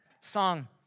song